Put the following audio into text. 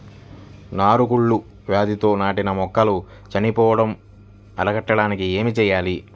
నారు కుళ్ళు వ్యాధితో నాటిన మొక్కలు చనిపోవడం అరికట్టడానికి ఏమి చేయాలి?